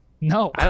No